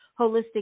holistic